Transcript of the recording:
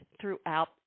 throughout